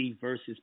versus